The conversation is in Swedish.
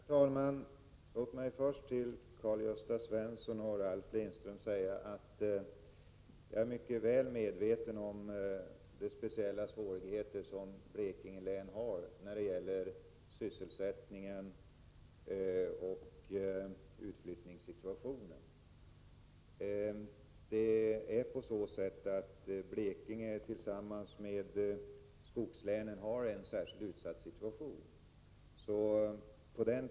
Herr talman! Först vill jag till Karl-Gösta Svenson och Ralf Lindström säga att jag är mycket väl medveten om de speciella svårigheter som Blekinge län har när det gäller sysselsättningen och utflyttningen. Blekinge län och skogslänen är ju särskilt utsatta i de avseendena.